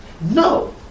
no